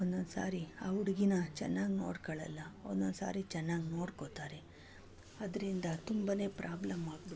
ಒಂದೊಂದ್ಸರಿ ಆ ಹುಡುಗೀನ ಚೆನ್ನಾಗಿ ನೋಡ್ಕೊಳಲ್ಲ ಒಂದೊಂದ್ಸರಿ ಚೆನ್ನಾಗಿ ನೋಡ್ಕೊಳ್ತಾರೆ ಅದರಿಂದ ತುಂಬನೇ ಪ್ರಾಬ್ಲಮ್ಮಾಗಿಬಿಡುತ್ತೆ